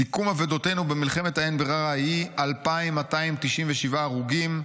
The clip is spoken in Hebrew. "סיכום אבדותינו במלחמת האין-ברירה ההיא: 2,297 הרוגים,